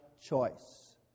choice